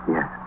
Yes